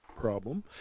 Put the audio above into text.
problem